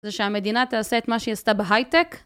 זה שהמדינה תעשה את מה שהיא עשתה בהיי-טק.